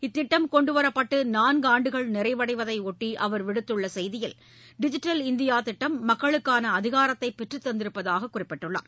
இத்திட்டம் கொண்டுவரப்பட்டு நான்காண்டுகள் நிறைவடைவதையொட்டி அவர் விடுத்துள்ள செய்தியில் டிஜிட்டல் இந்தியா திட்டம் மக்களுக்கான அதிகாரத்தை பெற்றுத் தந்திருப்பதாக குறிப்பிட்டுள்ளார்